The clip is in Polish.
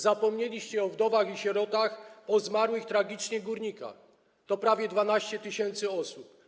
Zapomnieliście o wdowach i sierotach, o zmarłych tragicznie górnikach - to prawie 12 tys. osób.